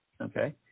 Okay